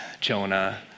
Jonah